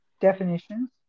definitions